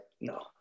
no